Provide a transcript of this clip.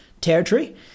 territory